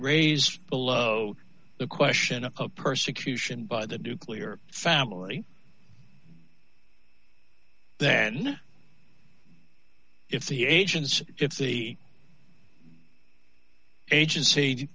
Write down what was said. raised below the question of persecution by the nuclear family then if the agents if the agency